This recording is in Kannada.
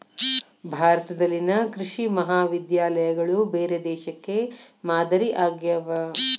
ಭಾರತದಲ್ಲಿನ ಕೃಷಿ ಮಹಾವಿದ್ಯಾಲಯಗಳು ಬೇರೆ ದೇಶಕ್ಕೆ ಮಾದರಿ ಆಗ್ಯಾವ